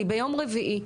אני ביום רביעי,